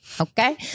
Okay